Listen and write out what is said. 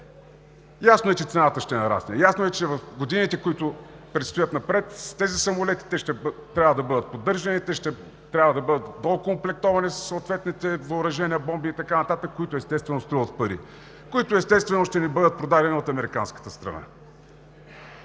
Ясно е, че цената ще нарасне. Ясно е, че в годините, които предстоят напред, тези самолети трябва да бъдат поддържани, те ще трябва да бъдат доокомплектовани със съответните въоръжения – бомби и така нататък, които, естествено, струват пари, които, ще ни бъдат продадени от американската страна.